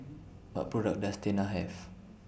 What products Does Tena Have